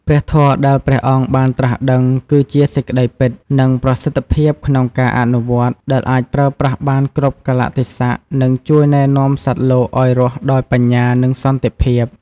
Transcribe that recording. ព្រះធម៌ដែលព្រះអង្គបានត្រាស់ដឹង គឺជាសេចក្ដីពិត និងប្រសិទ្ធភាពក្នុងការអនុវត្ត ដែលអាចប្រើប្រាស់បានគ្រប់កាលៈទេសៈ និងជួយណែនាំសត្វលោកឲ្យរស់ដោយបញ្ញា និងសន្តិភាព។